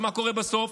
ומה קורה בסוף?